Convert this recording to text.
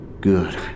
Good